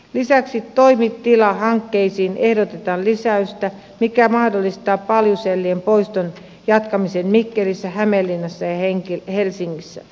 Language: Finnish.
lisäksi toimitilahankkeisiin ehdotetaan lisäystä mikä mahdollistaa paljusellien poiston jatkamisen mikkelissä hämeenlinnassa ja helsingissä